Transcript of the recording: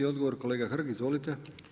Odgovor kolega Hrg, izvolite.